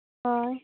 ᱦᱳᱭ